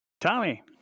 Tommy